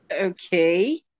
Okay